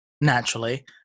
naturally